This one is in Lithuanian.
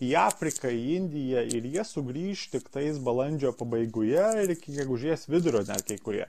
į afriką į indiją ir jie sugrįš tiktais balandžio pabaigoje ir iki gegužės vidurio net kai kurie